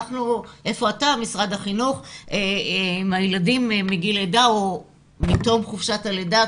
איפה אתה משרד החינוך עם הילדים מגיל לידה או מתום חופשת הלידה.